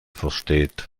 versteht